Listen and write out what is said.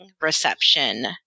reception